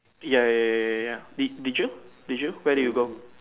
ya ya ya ya ya ya did did you did you where do you go